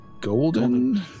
golden